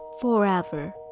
forever